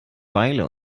beile